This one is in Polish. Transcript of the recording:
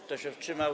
Kto się wstrzymał?